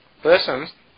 persons